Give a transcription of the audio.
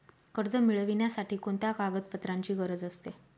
कर्ज मिळविण्यासाठी कोणत्या कागदपत्रांची गरज असते?